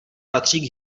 patří